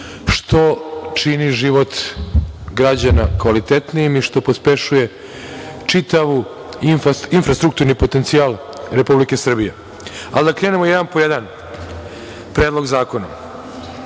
što čini život građana kvalitetnijim i što pospešuje čitav infrastrukturni potencijal Republike Srbije. Da krenemo jedan po jedan predlog zakona.